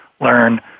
learn